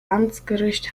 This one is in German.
amtsgericht